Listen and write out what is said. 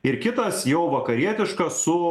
ir kitas jau vakarietiškas su